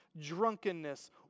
drunkenness